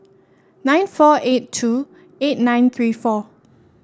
nine four eight two eight nine three four